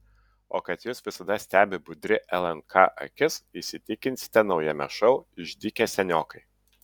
o kad jus visada stebi budri lnk akis įsitikinsite naujame šou išdykę seniokai